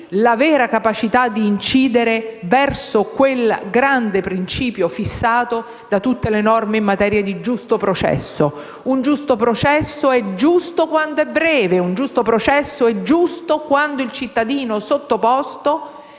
la vera capacità di incidere verso quel grande principio fissato da tutte le norme in materia di giusto processo: un giusto processo è giusto quando è breve, è giusto quando il cittadino sottoposto